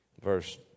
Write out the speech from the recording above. Verse